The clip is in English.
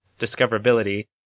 discoverability